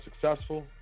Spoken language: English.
successful